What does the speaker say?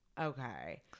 okay